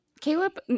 Caleb